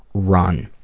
run.